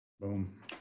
Boom